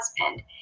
husband